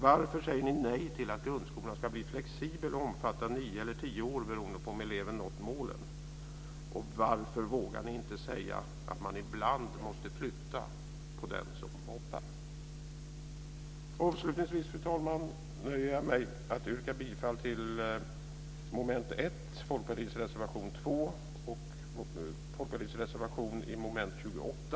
Varför säger ni nej till att grundskolan ska bli flexibel och omfatta nio eller tio år beroende på om eleven nått målen? Varför vågar ni inte säga att man ibland måste flytta på den som mobbar? Avslutningsvis, fru talman, nöjer jag mig med att yrka bifall till Folkpartiets reservation 2 under punkterna 1 och 28.